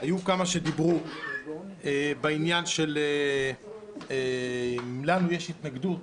היו כמה שדיברו בעניין של אם לנו יש התנגדות,